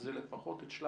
ברמה של תקציב 2021,